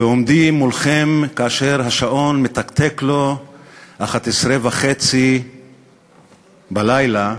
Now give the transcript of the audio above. בעומדי מולכם, כאשר השעון מתקתק לו 23:30, בלילה,